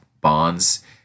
bonds